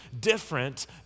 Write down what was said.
different